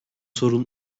sorun